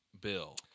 Bill